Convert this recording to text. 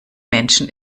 menschen